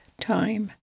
time